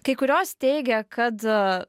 kai kurios teigia kad